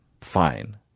fine